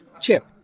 chip